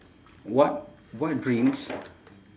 what what dreams